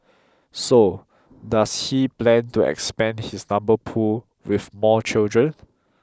so does he plan to expand his number pool with more children